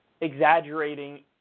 exaggerating